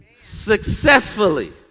Successfully